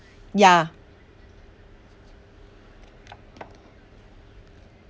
ya